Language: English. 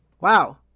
Wow